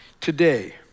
today